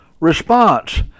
Response